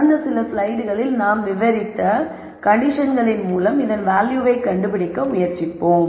கடந்த சில ஸ்லைடுகளில் நாம் விவரித்த கண்டிஷன்ஸ்களின் மூலம் இதன் வேல்யூவை கண்டுபிடிக்க முயற்சிப்போம்